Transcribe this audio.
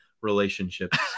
relationships